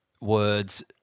words